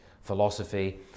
philosophy